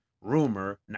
rumor